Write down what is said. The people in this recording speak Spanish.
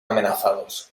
amenazados